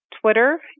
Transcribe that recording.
Twitter